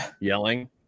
yelling